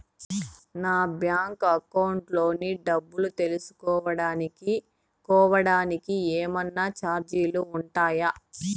నా bank account లోని డబ్బు తెలుసుకోవడానికి కోవడానికి ఏమన్నా చార్జీలు ఉంటాయా?